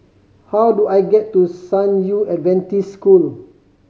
how do I get to San Yu Adventist School